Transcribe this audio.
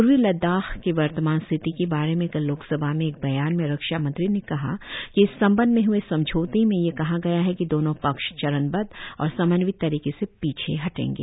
पूर्वी लद्दाख की वर्तमान स्थिति के बारे में कल लोकसभा में एक बयान में रक्षामंत्री ने कहा कि इस संबंध में हए समझौते में यह कहा गया है कि दोनों पक्ष चरणबद्ध और समन्वित तरीके से पीछे हटेंगे